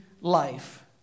life